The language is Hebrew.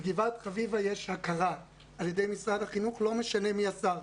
בגבעת חביבה יש הכרה על ידי משרד החינוך ולא משנה מי השר.